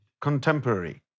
Contemporary